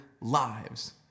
lives